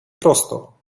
prosto